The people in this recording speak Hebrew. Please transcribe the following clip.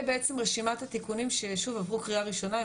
בעצם רשימת התיקונים שעברו קריאה ראשונה.